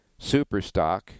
Superstock